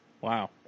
Wow